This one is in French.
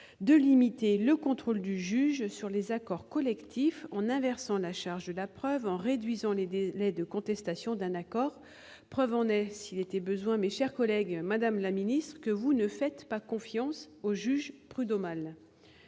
à limiter le contrôle du juge sur les accords collectifs en inversant la charge de la preuve, en réduisant les délais de contestation d'un accord. Preuve en est, s'il en était besoin, que vous ne faites pas confiance au juge prud'homal,